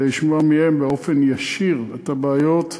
כדי לשמוע מהם באופן ישיר את הבעיות,